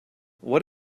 what